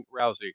Rousey